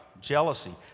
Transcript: jealousy